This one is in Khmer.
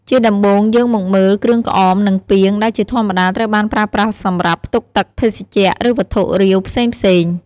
ជាដំំបូងយើងមកមើល គ្រឿងក្អម និងពាង ដែលជាធម្មតាត្រូវបានប្រើប្រាស់សម្រាប់ផ្ទុកទឹក ភេសជ្ជៈ ឬវត្ថុរាវផ្សេងៗ។